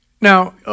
Now